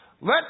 Let